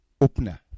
opener